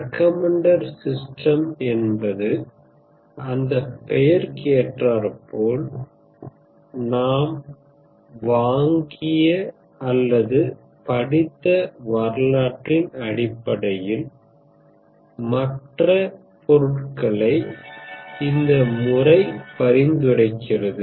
recommender system என்பது அந்த பெயர்க்கு ஏற்றார் போல் நாம் வாங்கிய அல்லது படித்த வரலாற்றின் அடிப்படையில் மற்ற பொருட்களை இந்த முறை பரிந்துரைக்கிறது